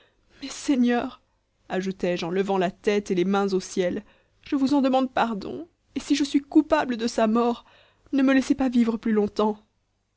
mais seigneur ajoutai-je enlevant la tête et les mains au ciel je vous en demande pardon et si je suis coupable de sa mort ne me laissez pas vivre plus longtemps